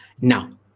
Now